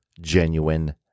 genuine